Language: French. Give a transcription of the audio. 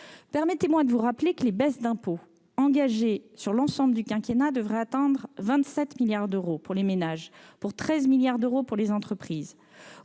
Permettez-moi de vous rappeler que les baisses d'impôts engagées sur l'ensemble du quinquennat devraient atteindre 27 milliards d'euros pour les ménages et 13 milliards d'euros pour les entreprises.